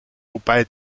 wobei